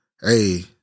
hey